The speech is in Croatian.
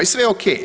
I sve ok.